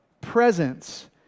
presence